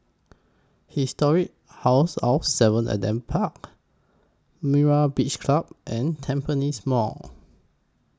Historic House of seven Adam Park Myra's Beach Club and Tampines Mall